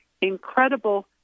incredible